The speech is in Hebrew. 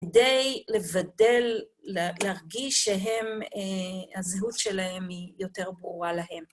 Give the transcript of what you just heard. כדי לבדל, להרגיש שהם, הזהות שלהם היא יותר ברורה להם.